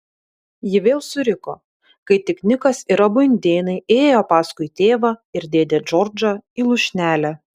ji vėl suriko kai tik nikas ir abu indėnai įėjo paskui tėvą ir dėdę džordžą į lūšnelę